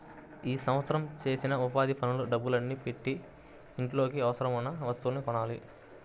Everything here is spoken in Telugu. ఈ సంవత్సరం చేసిన ఉపాధి పనుల డబ్బుల్ని పెట్టి ఇంట్లోకి అవసరమయిన వస్తువుల్ని కొనాలి